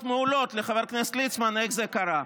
מעולות לחבר הכנסת ליצמן איך זה קרה.